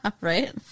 Right